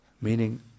meaning